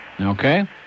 Okay